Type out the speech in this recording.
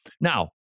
Now